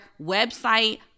website